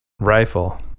rifle